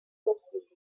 costillas